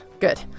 good